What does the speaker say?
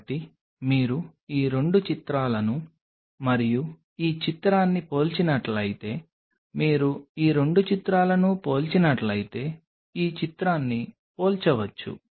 కాబట్టి మీరు ఈ 2 చిత్రాలను మరియు ఈ చిత్రాన్ని పోల్చినట్లయితే మీరు ఈ 2 చిత్రాలను పోల్చినట్లయితే ఈ చిత్రాన్ని పోల్చవచ్చు